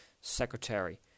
Secretary